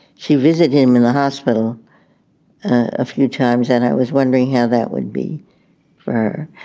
she visited him in the hospital a few times and i was wondering how that would be for her,